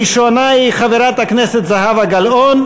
ראשונה היא חברת הכנסת זהבה גלאון.